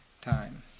time